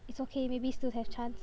it's okay maybe still have chance